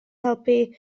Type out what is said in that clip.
helpu